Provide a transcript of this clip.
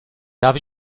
darf